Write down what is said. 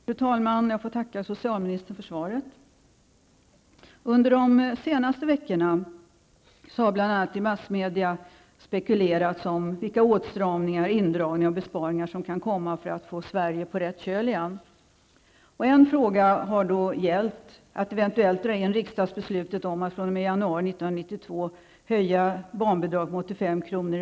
Fru talman! Jag ber att få tacka socialministern för svaret. Under de senaste veckorna har det bl.a. i massmedia spekulerats om vilka åtstramningar, indragningar och besparingar som regeringen kan komma att presentera i syfte att få Sverige på rätt köl igen. En fråga har gällt en eventuell indragning av riksdagsbeslutet om att i januari 1992 höja barnbidraget med 85 kr.